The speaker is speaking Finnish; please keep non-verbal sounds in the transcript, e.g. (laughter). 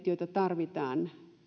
(unintelligible) joita tarvitaan